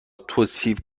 توصیف